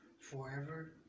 forever